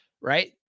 right